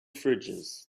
fridges